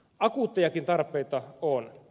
akuuttejakin tarpeita on